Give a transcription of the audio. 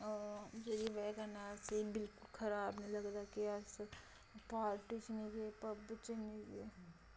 जेह्दे बजह कन्नै असेंई बिलकुल खराब नी लगदा कि अस पार्टी च नी गे क्लब च नी गे